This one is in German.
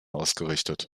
ausgerichtet